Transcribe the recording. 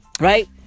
Right